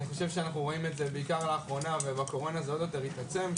אני חושב שאנחנו רואים את זה בעיקר לאחרונה ובקורונה זה עוד יותר התעצם,